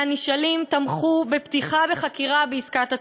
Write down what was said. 41% מהנשאלים תמכו בפתיחה בחקירה בעסקת הצוללות.